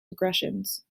regressions